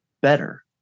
better